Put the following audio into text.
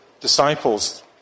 disciples